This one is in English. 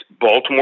Baltimore